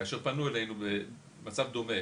כאשר פנו אלינו במצב דומה